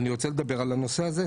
אני רוצה לדבר על הנושא הזה.